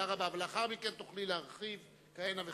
ולאחר מכן תוכלי להרחיב כהנה וכהנה.